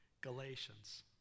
galatians